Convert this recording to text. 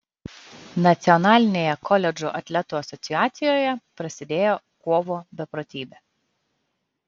nacionalinėje koledžų atletų asociacijoje prasidėjo kovo beprotybė